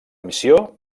missió